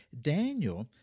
Daniel